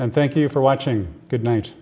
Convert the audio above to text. and thank you for watching good night